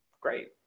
Great